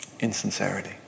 insincerity